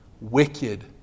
Wicked